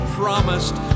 promised